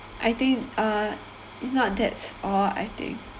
I think uh not that's all I think